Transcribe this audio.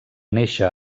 néixer